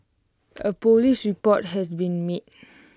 A Police report has been made